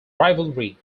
rivalry